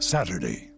Saturday